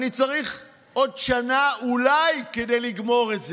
אני צריך עוד שנה אולי כדי לגמור את זה.